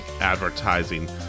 advertising